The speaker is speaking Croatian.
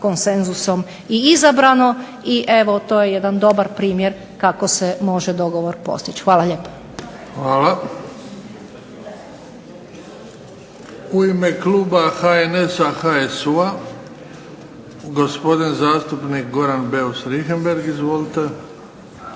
konsenzusom i izabrano, i evo to je jedan dobar primjer kako se može dogovor postići. Hvala lijepa. **Bebić, Luka (HDZ)** Hvala. U ime kluba HNS-a, HSU-a, gospodin zastupnik Goran Beus Richembergh. Izvolite. **Beus